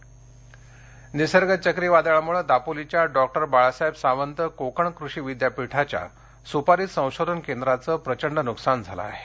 सपारी नकसान निसर्ग चक्रीवादळामुळे दापोलीच्या डॉक्टर बाळासाहेब सावंत कोकण कृषी विद्यापीठाच्या सुपारी संशोधन केंद्राचं प्रचंड नुकसान झालं आहे